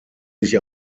sich